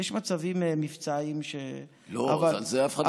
יש מצבים מבצעיים, לא, אבל על זה אף אחד לא מדבר.